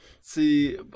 see